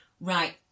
Right